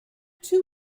two